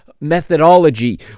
methodology